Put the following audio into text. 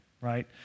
right